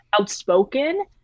outspoken